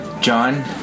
John